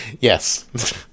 Yes